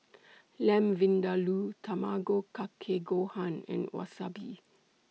Lamb Vindaloo Tamago Kake Gohan and Wasabi